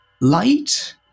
light